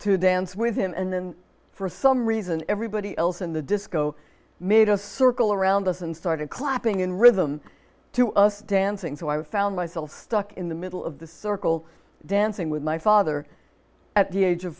to dance with him and then for some reason everybody else in the disco made a circle around us and started clapping in rhythm to us dancing so i found myself stuck in the middle of the circle dancing with my father at the age of